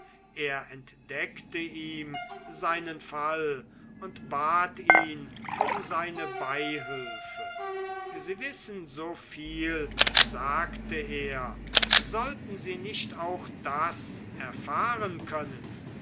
er entdeckte ihm seinen fall und bat ihn um seine beihülfe sie wissen so viel sagte er sollten sie nicht auch das erfahren können